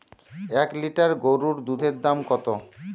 এক লিটার গোরুর দুধের দাম কত?